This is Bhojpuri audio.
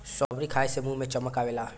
स्ट्राबेरी खाए से मुंह पे चमक आवेला